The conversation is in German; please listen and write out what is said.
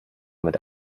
mit